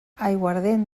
aiguardent